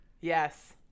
Yes